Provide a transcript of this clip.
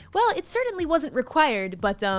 well, it certainly wasn't required, but